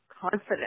confidence